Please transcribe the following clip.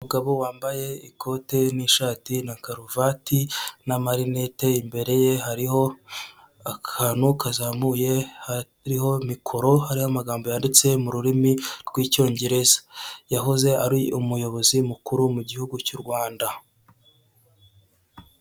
Umugabo wambaye ikote n'ishati na karuvati n'amarinete, imbere ye hariho akantu kazamuye hariho mikoro hari amagambo yanditse mu rurimi rw'icyongereza yahoze ari umuyobozi mukuru mu gihugu cy'u Rwanda.